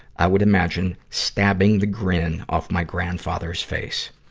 i would imagine stabbing the grin off my grandfather's face.